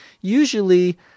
usually